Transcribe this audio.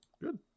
good